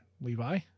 Levi